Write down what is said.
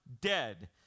dead